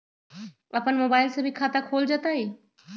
अपन मोबाइल से भी खाता खोल जताईं?